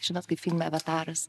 žinot kaip filme avataras